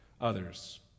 others